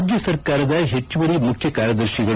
ರಾಜ್ಯ ಸರ್ಕಾರದ ಹೆಚ್ಚುವರಿ ಮುಖ್ಯ ಕಾರ್ಯದರ್ಶಿಗಳು